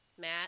Matt